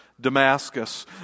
Damascus